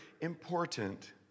important